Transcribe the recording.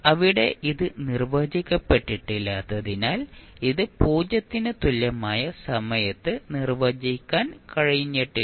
അവിടെ ഇത് നിർവചിക്കപ്പെട്ടിട്ടില്ലാത്തതിനാൽ ഇത് 0 ന് തുല്യമായ സമയത്ത് നിർവചിക്കാൻ കഴിയില്ല